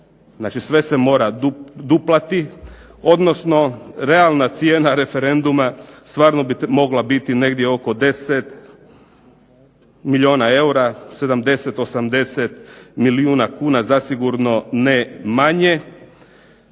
znači sve se mora duplati, odnosno realna cijena referenduma stvarno bi mogla biti oko 90 milijuna eura, 70, 80 milijuna kuna, zasigurno ne manje.